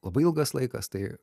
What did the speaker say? labai ilgas laikas tai